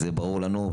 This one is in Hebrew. זה ברור לנו.